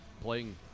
playing